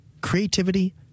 creativity